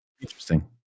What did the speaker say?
Interesting